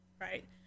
Right